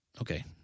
Okay